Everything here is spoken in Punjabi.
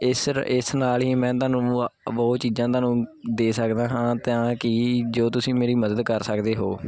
ਇਸ ਰਾ ਇਸ ਨਾਲ ਹੀ ਮੈਂ ਤੁਹਾਨੂੰ ਬੁਹਾ ਬਹੁਤ ਚੀਜ਼ਾਂ ਤੁਹਾਨੂੰ ਦੇ ਸਕਦਾ ਹਾਂ ਤਾਂ ਕਿ ਜੋ ਤੁਸੀਂ ਮੇਰੀ ਮਦਦ ਕਰ ਸਕਦੇ ਹੋ